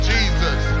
Jesus